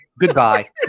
Goodbye